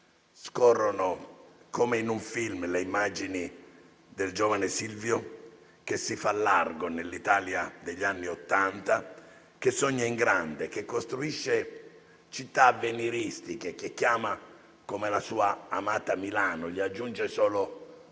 Scorrono come in un film le immagini del giovane Silvio che si fa largo nell'Italia degli anni Ottanta, che sogna in grande, che costruisce città avveniristiche che chiama come la sua amata Milano aggiungendovi solo